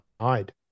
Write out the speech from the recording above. hide